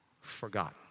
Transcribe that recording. forgotten